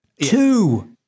Two